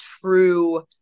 true